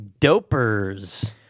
dopers